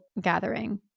gathering